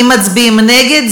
אם מצביעים נגד,